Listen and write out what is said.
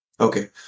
Okay